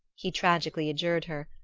he tragically adjured her,